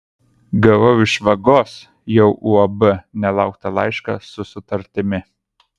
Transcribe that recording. gavau iš vagos jau uab nelauktą laišką su sutartimi